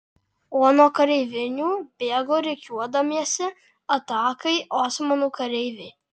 o nuo kareivinių bėgo rikiuodamiesi atakai osmanų kareiviai